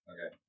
Okay